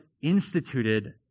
instituted